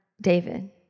David